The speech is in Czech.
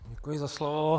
Děkuji za slovo.